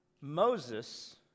Moses